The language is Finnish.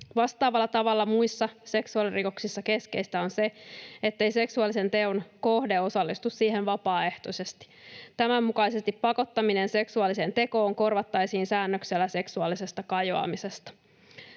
Vastaavalla tavalla muissa seksuaalirikoksissa keskeistä on se, ettei seksuaalisen teon kohde osallistu siihen vapaaehtoisesti. Tämän mukaisesti pakottaminen seksuaaliseen tekoon korvattaisiin säännöksellä seksuaalisesta kajoamisesta.